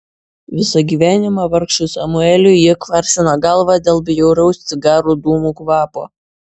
visą gyvenimą vargšui samueliui ji kvaršino galvą dėl bjauraus cigarų dūmų kvapo